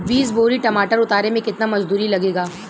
बीस बोरी टमाटर उतारे मे केतना मजदुरी लगेगा?